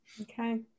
Okay